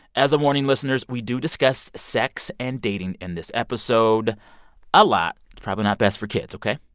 as a warning, listeners, we do discuss sex and dating in this episode a lot probably not best for kids, ok?